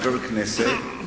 חבר כנסת,